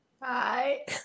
Hi